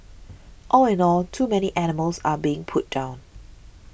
all in all too many animals are being put down